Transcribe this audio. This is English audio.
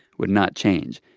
would not change.